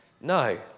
No